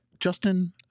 Justin